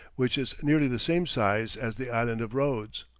which is nearly the same size as the island of rhodes.